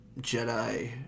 Jedi